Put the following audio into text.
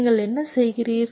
நீங்கள் என்ன செய்கிறீர்